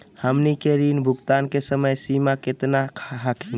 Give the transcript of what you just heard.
हमनी के ऋण भुगतान के समय सीमा केतना हखिन?